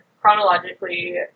chronologically